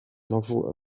nozzle